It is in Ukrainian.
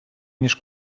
між